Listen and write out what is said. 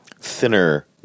thinner